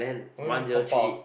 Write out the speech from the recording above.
what you mean compile